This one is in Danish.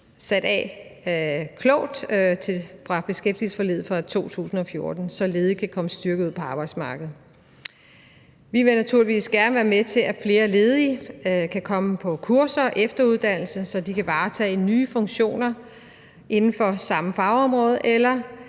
sat klogt af i beskæftigelsesforliget fra 2014, så ledige kan komme styrket ud på arbejdsmarkedet. Vi vil naturligvis gerne være med til, at flere ledige kan komme på kurser og efteruddannelse, så de kan varetage nye funktioner inden for samme fagområde eller